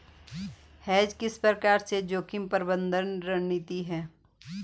Hedge किस प्रकार से जोखिम प्रबंधन रणनीति है?